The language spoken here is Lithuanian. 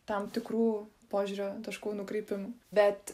tam tikrų požiūrio taškų nukrypimų bet